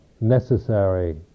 necessary